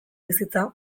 bizitza